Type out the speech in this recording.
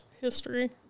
history